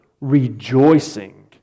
rejoicing